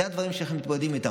אלו הדברים שאנחנו מתמודדים איתם.